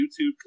YouTube